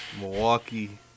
Milwaukee